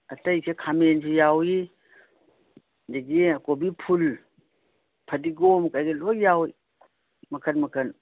ꯑꯇꯩꯁꯦ ꯈꯥꯃꯦꯟꯁꯨ ꯌꯥꯎꯏ ꯑꯗꯩꯗꯤ ꯀꯣꯕꯤ ꯐꯨꯜ ꯐꯗꯤꯒꯣꯝ ꯀꯔꯤ ꯀꯔꯤ ꯂꯣꯏ ꯌꯥꯎꯏ ꯃꯈꯟ ꯃꯈꯟ